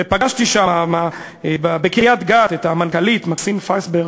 ופגשתי שם בקריית-גת את המנכ"לית, מקסין פסברג,